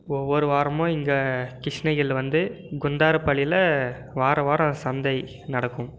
ஒவ்வொரு வாரமும் இங்கே கிருஷ்ணகிரியில் வந்து குந்தாரப்பள்ளியில் வாரம் வாரம் சந்தை நடக்கும்